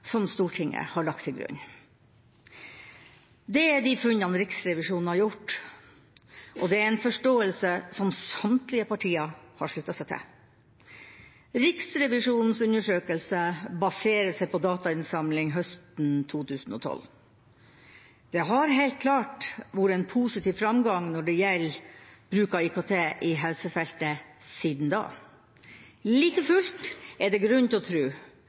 som Stortinget har lagt til grunn. Det er de funnene Riksrevisjonen har gjort, og det er en forståelse som samtlige partier har sluttet seg til. Riksrevisjonens undersøkelse baserer seg på datainnsamling høsten 2012. Det har helt klart vært en positiv framgang når det gjelder bruk av IKT på helsefeltet, siden da. Like fullt er det grunn til å